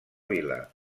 vila